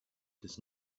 does